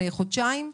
חודשיים,